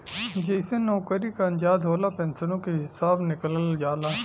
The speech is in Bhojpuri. जइसे नउकरी क अंदाज होला, पेन्सनो के हिसब निकालल जाला